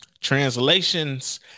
Translations